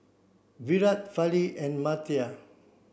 Virat Fali and Amartya